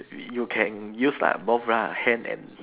you can use like both lah hand and